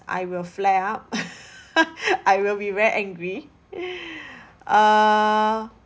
I will flare up I will be very angry err